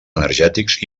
energètics